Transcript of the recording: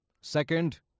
Second